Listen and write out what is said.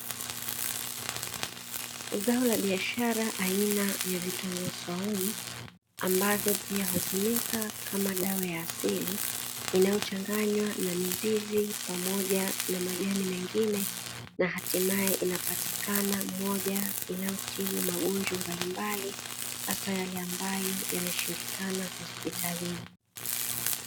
Zao la biashara aina ya vitunguu saumu ambayo hutumika kama dawa ya asili inayochanganywa na mizizi pamoja na majani mengine na hatimaye inapatikana moja inayotibu magonjwa mbalimbali, hasa yale ambayo yameshindikana hospitalini.